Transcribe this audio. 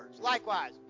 likewise